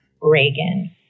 Reagan